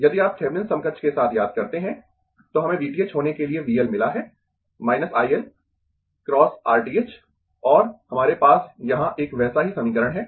यदि आप थेविनिन समकक्ष के साथ याद करते है तो हमें V t h होने के लिए V L मिला है I L ×× R t h और हमारे पास यहां एक वैसा ही समीकरण है